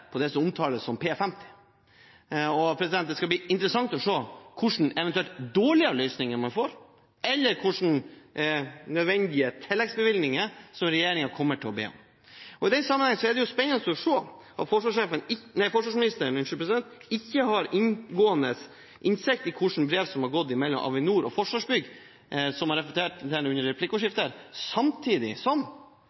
får, eller hvilke nødvendige tilleggsbevilgninger regjeringen kommer til å be om. I den sammenheng er det spennende å se at forsvarsministeren ikke har inngående innsikt i hvilke brev som har gått mellom Avinor og Forsvarsbygg, som det ble referert til under